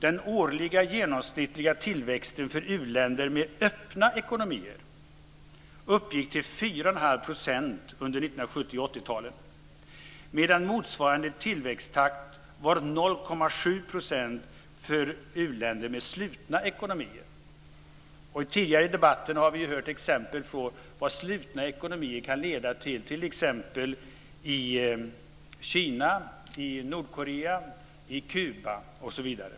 Den årliga genomsnittliga tillväxten för u-länder med öppna ekonomier uppgick till 4,5 % under 70 och 80-talen medan motsvarande tillväxttakt var 0,7 % för u-länder med slutna ekonomier. Tidigare i debatten har vi hört exempel på vad slutna ekonomier kan leda till. Det gäller t.ex. i Kina, Nordkorea, Kuba, osv.